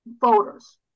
voters